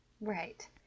Right